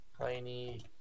Tiny